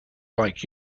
like